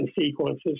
sequences